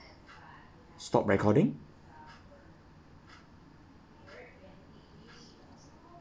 stop recording